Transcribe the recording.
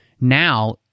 now